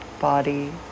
body